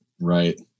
Right